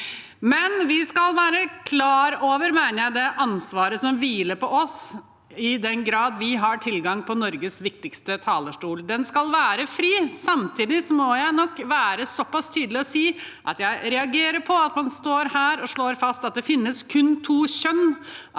mener vi skal være klar over det ansvaret som hviler på oss i den grad vi har tilgang på Norges viktigste talerstol. Den skal være fri. Samtidig må jeg nok være såpass tydelig og si at jeg reagerer på at man står her og slår fast at det finnes kun to kjønn,